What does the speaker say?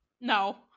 No